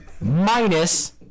Minus